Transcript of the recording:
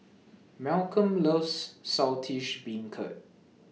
Malcom loves Saltish Beancurd